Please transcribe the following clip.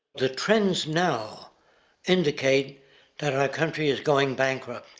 the trends now indicate that our country is going bankrupt.